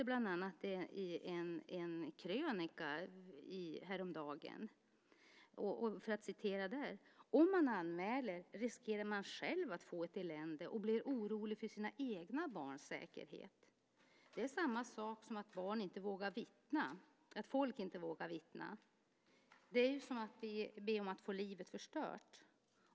Bland annat läste jag häromdagen en krönika: Om man anmäler riskerar man att själv få ett elände och blir orolig för sina egna barns säkerhet. Det är samma sak som att folk inte vågar vittna. Det är som att be om att få livet förstört.